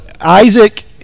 Isaac